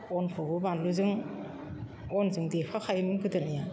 अनखौबो बानलुजों अनजों देफाखायोमोन गोदोनिया